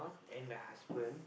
and the husband